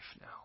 now